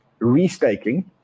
restaking